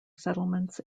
settlements